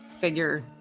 figure